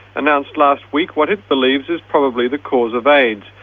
announced last week what it believes is probably the cause of aids,